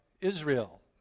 Israel